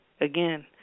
again